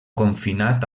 confinat